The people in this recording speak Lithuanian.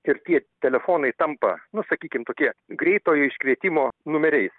ir tie telefonai tampa nu sakykim tokie greitojo iškvietimo numeriais